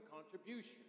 contribution